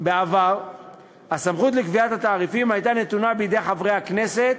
בעבר הסמכות לקביעת התעריפים הייתה נתונה בידי חברי הכנסת